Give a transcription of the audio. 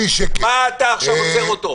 מה אתה עכשיו עוצר אותו?